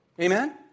Amen